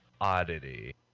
oddity